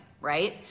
right